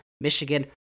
michigan